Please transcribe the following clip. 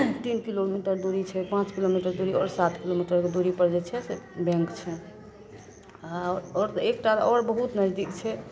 तीन kilometre दूरी छै पाँच किलो मीटर दूरी आओर सात किलो मीटरके दूरीपर जे छै से बैंक छै आओर आओर एकटा आओर बहुत नजदीक छै